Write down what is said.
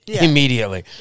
immediately